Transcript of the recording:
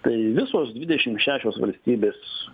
tai visos dvidešim šešios valstybės